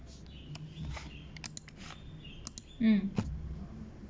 mm